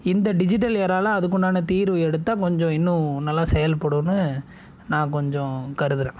இந்த டிஜிட்டல் எராவில் அதுக்கு உண்டான தீர்வு எடுத்தால் கொஞ்சம் இன்னும் நல்லா செயல்படும்னு நான் கொஞ்சம் கருதுகிறேன்